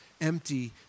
empty